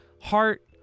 Heart